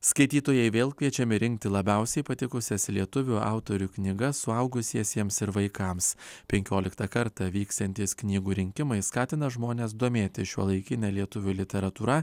skaitytojai vėl kviečiami rinkti labiausiai patikusias lietuvių autorių knygas suaugusiesiems ir vaikams penkioliktą kartą vyksiantys knygų rinkimai skatina žmones domėtis šiuolaikine lietuvių literatūra